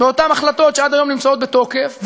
באותן החלטות שעד היום נמצאות בתוקף,